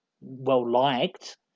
well-liked